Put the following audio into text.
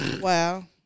Wow